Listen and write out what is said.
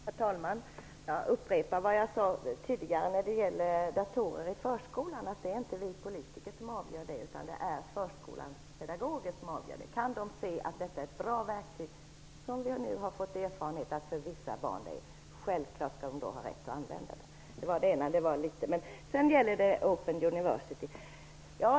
Herr talman! Jag upprepar vad jag sade tidigare när det gäller datorer i förskolan. Det är inte vi politiker som avgör det, utan det gör förskolans pedagoger. Om de kan se att de är bra verktyg, som vi nu av erfarenhet vet att det är för vissa barn, så skall de självklart ha rätt att använda dem.